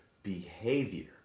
Behavior